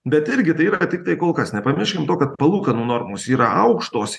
bet irgi tai yra tiktai kol kas nepamirškim to kad palūkanų normos yra aukštos